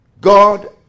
God